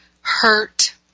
hurt